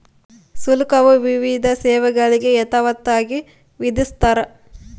ಶುಲ್ಕವು ವಿವಿಧ ಸೇವೆಗಳಿಗೆ ಯಥಾವತ್ತಾಗಿ ವಿಧಿಸ್ತಾರ